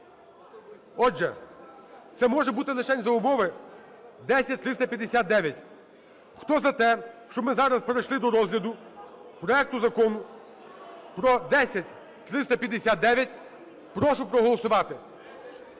Отже, це може бути лишень за умови… 10359. Хто за те, щоб ми зараз перейшли до розгляду проектущакону 10359, прошу проголосувати.